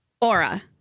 aura